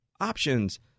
Options